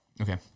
Okay